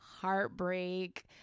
heartbreak